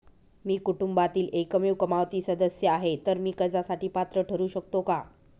मी कुटुंबातील एकमेव कमावती सदस्य आहे, तर मी कर्जासाठी पात्र ठरु शकतो का?